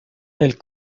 elle